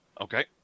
Okay